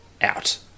out